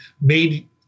made